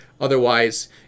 Otherwise